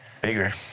Bigger